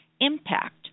impact